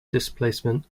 displacement